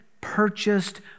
purchased